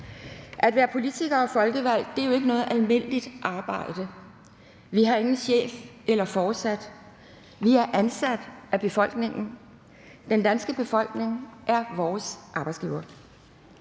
At være politiker og folkevalgt er jo ikke noget almindeligt arbejde. Vi har ingen chef eller foresat. Vi er »ansat« af befolkningen. Den danske befolkning er vores arbejdsgiver.